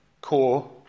core